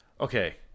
Okay